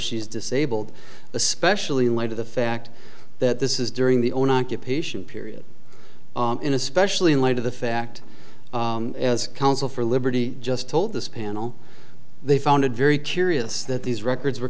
she's disabled especially in light of the fact that this is during the own occupation period in especially in light of the fact as counsel for liberty just told this panel they found it very curious that these records were